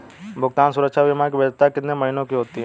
भुगतान सुरक्षा बीमा की वैधता कितने महीनों की होती है?